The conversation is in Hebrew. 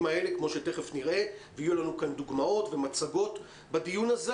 האלה כמו שתכף נראה ויהיו לנו דוגמאות ומצגות בדיון הזה,